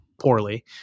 poorly